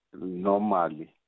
normally